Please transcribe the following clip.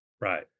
right